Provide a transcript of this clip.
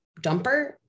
dumper